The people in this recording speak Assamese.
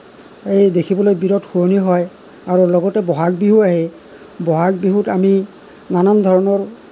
দেখিবলৈ বিৰাট শুৱনি হয় আৰু লগতে বহাগ বিহু আহে বহাগ বিহুত আমি নানান ধৰণৰ